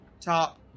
top